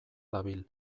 dabil